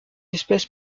espèce